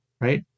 right